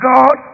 God